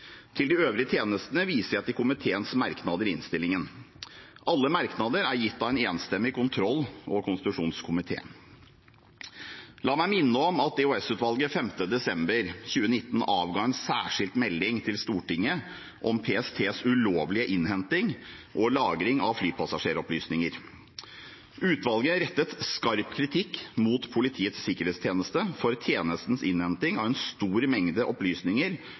de øvrige tjenestene, viser jeg til komiteens merknader i innstillingen. Alle merknader er gitt av en enstemmig kontroll- og konstitusjonskomité. La meg minne om at EOS-utvalget 5. desember 2019 avga en særskilt melding til Stortinget om PSTs ulovlige innhenting og lagring av opplysninger om flypassasjerer. Utvalget rettet skarp kritikk mot Politiets sikkerhetstjeneste for tjenestens innhenting av en stor mengde opplysninger